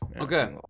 Okay